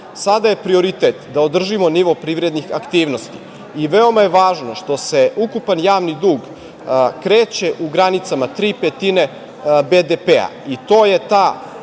Sada je prioritet da održimo nivo privrednih aktivnosti i veoma je važno što se ukupan javni dug kreće u granicama tri petine BDP. To je taj